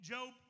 Job